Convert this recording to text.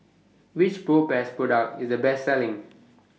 Which Propass Product IS The Best Selling